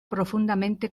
profundamente